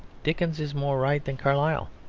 dickens is more right than carlyle.